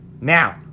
Now